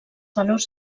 valors